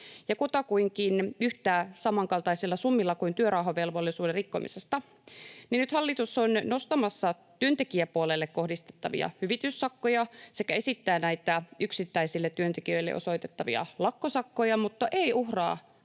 ja kutakuinkin samankaltaisilla summilla kuin työrauhavelvollisuuden rikkomisesta, niin nyt hallitus on nostamassa työntekijäpuolelle kohdistettavia hyvityssakkoja sekä esittää näitä yksittäisille työntekijöille osoitettavia lakkosakkoja, mutta ei uhraa